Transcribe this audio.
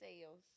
sales